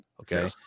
okay